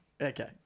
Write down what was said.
Okay